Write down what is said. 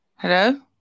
hello